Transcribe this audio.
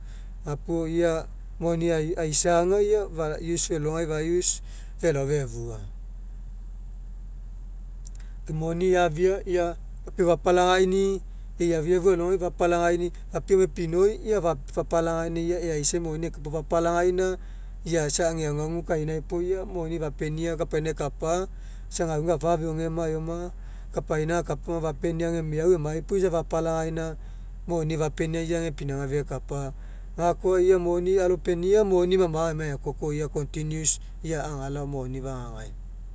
Gapuo ia moni ai aisa ia fa use felogai fa use felao fefua. Moni afia ia a ikipu fapalagaini'i e'i afiafu alogai fapalagaini'i papiau emai epinoi ia fapalagaina ia eaisai moni eka puo fapalagaina ia isa ega aguagu kaina puo isa moni fapenia kapaina ekapa isa gauga afafeoge eoma ma kapaina akapuga fapenia ega meau emai puo isa fapalagaina moni fapenia isa ega pinauga fekapa. Gakoa ia moni alopenia iq moni maga agemai agekoko ia continues ia agalao moni fagagai.